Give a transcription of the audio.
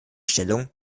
stellung